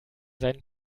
seinen